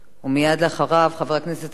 חבר הכנסת עתניאל שנלר,